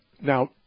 Now